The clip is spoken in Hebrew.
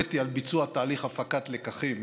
הוריתי על ביצוע תהליך הפקת לקחים